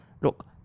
Look